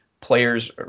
players